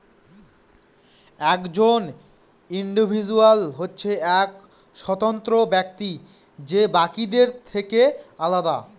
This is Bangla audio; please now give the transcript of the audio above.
একজন ইন্ডিভিজুয়াল হচ্ছে এক স্বতন্ত্র ব্যক্তি যে বাকিদের থেকে আলাদা